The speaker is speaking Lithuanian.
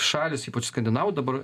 šalys ypač skandinavų dabar